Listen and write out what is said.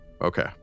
Okay